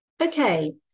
Okay